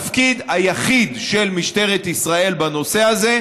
התפקיד היחיד של משטרת ישראל בנושא הזה,